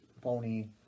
pony